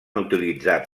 utilitzat